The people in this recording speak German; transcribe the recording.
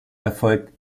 erfolgt